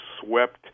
swept